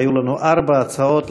היו לנו ארבע הצעות,